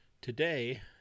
today